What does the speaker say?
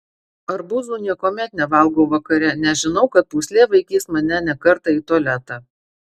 arbūzų niekuomet nevalgau vakare nes žinau kad pūslė vaikys mane ne kartą į tualetą